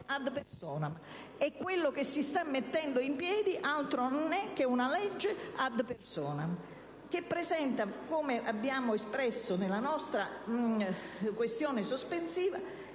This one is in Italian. *ad personam*. E quello che si sta mettendo in piedi altro non è che una legge *ad personam*, che presenta, come abbiamo espresso nella nostra questione pregiudiziale,